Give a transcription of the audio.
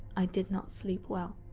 i did not sleep well.